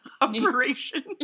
operation